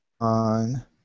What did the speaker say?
on